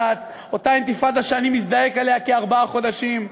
אותה אינתיפאדה שאני מזדעק עליה כארבעה חודשים,